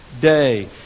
day